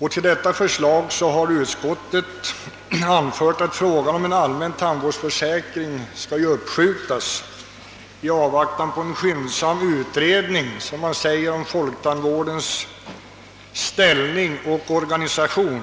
Utskottet har anfört att frågan om en allmän tandvårdsförsäkring bör uppskjutas i avvaktan på den pågående skyndsamma utredningen om folktandvårdens ställning och organisation.